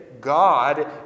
God